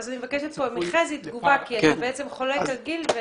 מבקשת כאן לקבל את תגובתו של חזי כי אתה בעצם חולק על גיל.